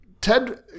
Ted